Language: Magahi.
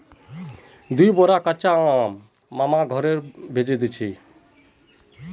दी बोरा कच्चा आम मामार घर भेजे दीछि